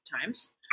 times